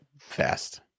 fast